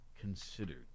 considered